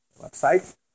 website